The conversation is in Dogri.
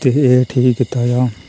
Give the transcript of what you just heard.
ते एह् ठीक कीता जा